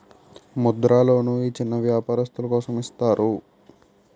ముద్ర లోన్లు చిన్న ఈది వ్యాపారస్తులు కోసం ఇస్తారు